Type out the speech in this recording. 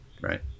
right